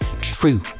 true